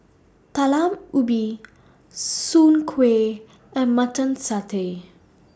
Talam Ubi Soon Kway and Mutton Satay